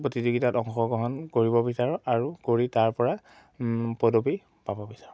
প্ৰতিযোগীতাত অংশগ্ৰহণ কৰিব বিচাৰোঁ আৰু কৰি তাৰ পৰা পদবী পাব বিচাৰোঁ